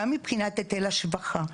גם מבחינת היטל השבחה,